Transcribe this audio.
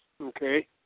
Okay